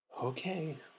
Okay